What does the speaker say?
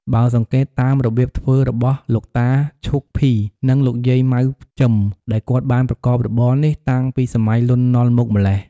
បើសង្កេតតាមរបៀបធ្វើ របស់លោកតា ឈូក ភី និងលោកយាយម៉ៅ ជឹម ដែលគាត់បានប្រកបរបរ នេះតាំងពីសម័យលន់ណល់មកម្លេះ។